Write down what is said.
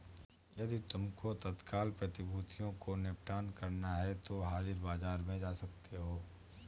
यदि तुमको तत्काल में प्रतिभूतियों को निपटान करना है तो हाजिर बाजार में जा सकते हो